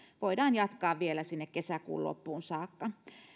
voidaan jatkaa vielä sinne kesäkuun loppuun saakka